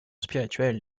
spirituelle